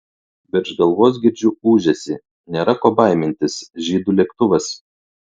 virš galvos girdžiu ūžesį nėra ko baimintis žydų lėktuvas